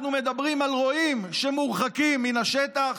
אנחנו מדברים על רועים שמורחקים מן השטח,